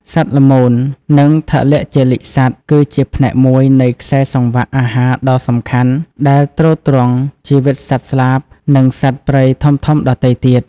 សត្វល្មូន និងថលជលិកសត្វគឺជាផ្នែកមួយនៃខ្សែសង្វាក់អាហារដ៏សំខាន់ ដែលទ្រទ្រង់ជីវិតសត្វស្លាប និងសត្វព្រៃធំៗដទៃទៀត។